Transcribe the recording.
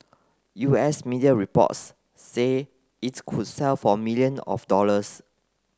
U S media reports say it could sell for million of dollars